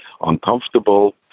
uncomfortable